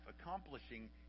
accomplishing